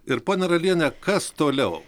ir ponia raliene kas toliau